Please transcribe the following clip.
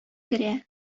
керә